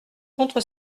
contre